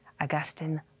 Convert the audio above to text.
Augustine